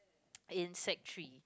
in Sec three